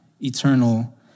eternal